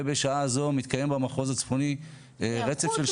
ובשעה זו מתקיים במחוז הצפוני רצף של